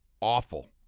awful